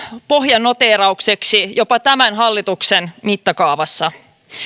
pohjanoteeraukseksi jopa tämän hallituksen mittakaavassa